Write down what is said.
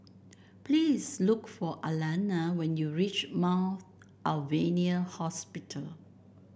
please look for Alana when you reach Mount Alvernia Hospital